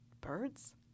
Birds